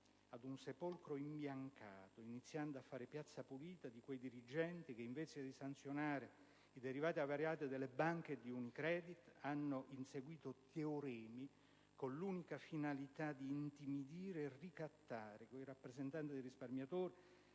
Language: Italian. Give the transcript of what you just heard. ad un sepolcro imbiancato iniziando a fare piazza pulita di quei dirigenti, che invece di sanzionare i derivati avariati delle banche e di Unicredit hanno inseguito teoremi con l'unica finalità di intimidire e ricattare quei rappresentanti dei risparmiatori